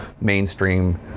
mainstream